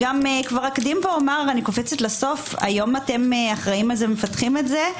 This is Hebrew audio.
אקדים ואומר אני קופצת לסוף היום אתם אחראים על זה ומפתחים את זה.